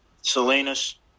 salinas